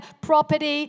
property